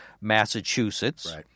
Massachusetts